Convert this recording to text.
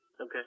Okay